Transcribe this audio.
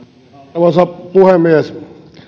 arvoisa puhemies